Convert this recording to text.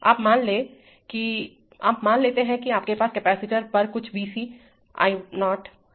आप मान लेते हैं कि आपके पास कपैसिटर पर कुछ V c l 0 है